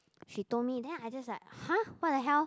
she told me then I just like !huh! what the hell